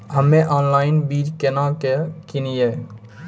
हम्मे ऑनलाइन बीज केना के किनयैय?